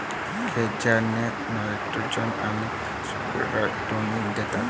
खते झाडांना नायट्रोजन आणि स्फुरद दोन्ही देतात